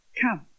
come